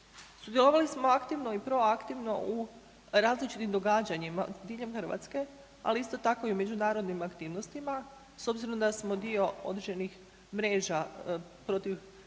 Sudjelovali smo aktivno i proaktivno u različitim događanjima diljem Hrvatske, ali isto tako i u međunarodnim aktivnostima s obzirom da smo dio određenih mreža protiv